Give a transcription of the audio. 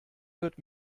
wird